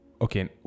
okay